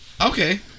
Okay